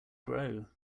grow